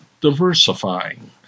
diversifying